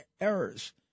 errors